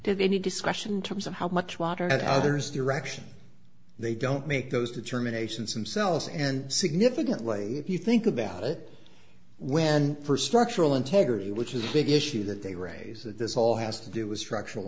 did any discussion in terms of how much water that others direction they don't make those determinations themselves and significantly if you think about it when for structural integrity which is a big issue that they raise that this all has to do was structural